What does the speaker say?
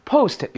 Post